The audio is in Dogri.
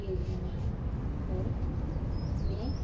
गेदी ऐं होर में